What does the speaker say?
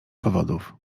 powodów